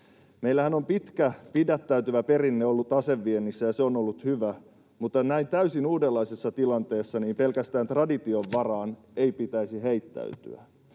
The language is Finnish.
Meillähän on pitkä pidättäytyvä perinne ollut aseviennissä, ja se on ollut hyvä, mutta näin täysin uudenlaisessa tilanteessa pelkästään tradition varaan ei pitäisi heittäytyä.